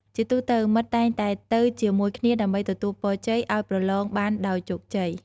ជាទូទៅ មិត្តតែងតែទៅជាមួយគ្នាដើម្បីទទួលពរជ័យ ឲ្យប្រឡងបានដោយជោគជ័យ។